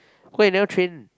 why you never train